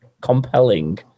compelling